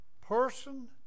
person